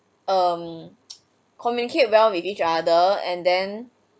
um communicate well with each other and then